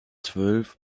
zwölf